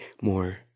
more